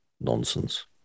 Nonsense